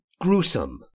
gruesome